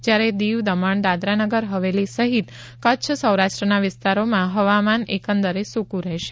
જ્યારે દીવ દમણ દાદરા નગર હવેલી સહિત કચ્છ સૌરાષ્ટ્રના વિસ્તારોમાં હવામાન સુક્ર્ રહેશે